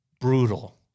Brutal